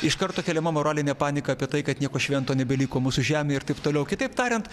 iš karto keliama morolinė panika apie tai kad nieko švento nebeliko mūsų žemėj ir taip toliau kitaip tariant